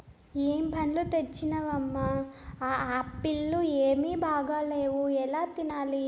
ఏం పండ్లు తెచ్చినవమ్మ, ఆ ఆప్పీల్లు ఏమీ బాగాలేవు ఎలా తినాలి